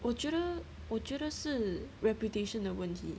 我觉得我觉得是 reputation 的问题